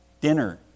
dinner